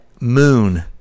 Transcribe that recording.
Moon